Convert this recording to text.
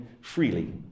freely